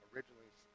originally